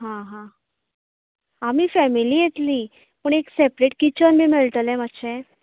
हां हां आमी फेमेली येतलीं पूण एक सेपरेट किचन बी मेळटलें मात्शें